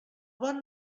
bon